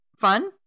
fun